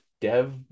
Dev